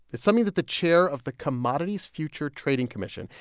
it's something that the chair of the commodities future trading commission,